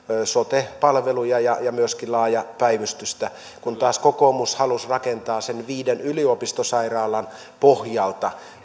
sote palveluja ja ja myöskin laajaa päivystystä kun taas kokoomus halusi rakentaa ne viiden yliopistosairaalan pohjalta